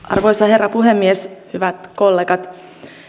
arvoisa herra puhemies hyvät kollegat